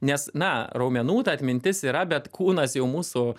nes na raumenų ta atmintis yra bet kūnas jau mūsų